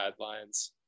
guidelines